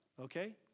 Okay